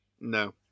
No